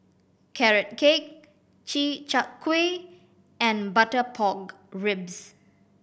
Carrot Cake Chi Kak Kuih and butter pork ribs